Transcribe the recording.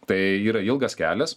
tai yra ilgas kelias